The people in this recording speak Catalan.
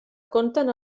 conten